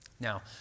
Now